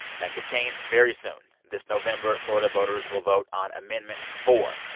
that could change very soon this november, florida voters will vote on amendment four.